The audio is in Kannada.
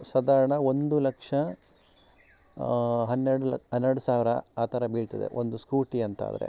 ಸಾಧಾರಣ ಒಂದು ಲಕ್ಷ ಹನ್ನೆರಡು ಲ ಹನ್ನೆರಡು ಸಾವಿರ ಆ ಥರ ಬೀಳ್ತದೆ ಒಂದು ಸ್ಕೂಟಿ ಅಂತಾದ್ರೆ